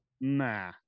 Nah